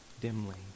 dimly